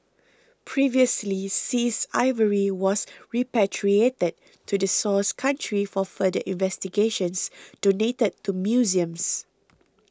previously seized ivory was repatriated to the source country for further investigations donated to museums